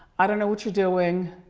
i don't know what you're doing.